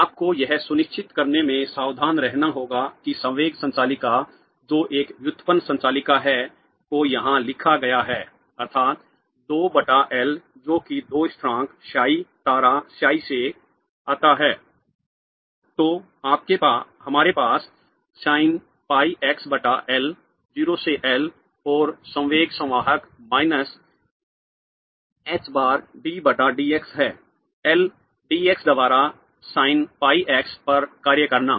आपको यह सुनिश्चित करने में सावधान रहना होगा कि संवेग संचालिका जो एक व्युत्पन्न संचालिका है को यहाँ लिखा गया है अर्थात् 2 बटा L जो कि दो स्थिरांक psi तारा psi से आता है तो हमारे पास sin pi x बटा L 0 से L और संवेग संवाहक minus I h bar d बटा dx है L dx द्वारा sin pi x पर कार्य करना